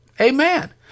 Amen